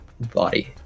body